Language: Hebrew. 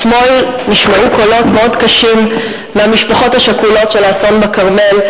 אתמול נשמעו קולות מאוד קשים מהמשפחות השכולות של האסון בכרמל,